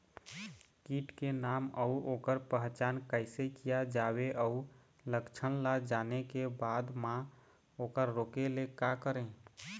कीट के नाम अउ ओकर पहचान कैसे किया जावे अउ लक्षण ला जाने के बाद मा ओकर रोके ले का करें?